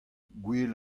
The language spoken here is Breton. gouel